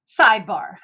sidebar